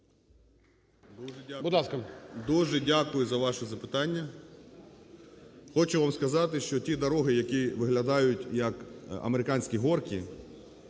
Дуже дякую за ваше запитання. Хочу вам сказати, що ті дороги, які виглядають як американські гірки,